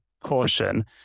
caution